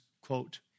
quote